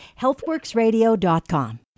healthworksradio.com